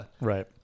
Right